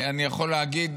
אני יכול להגיד,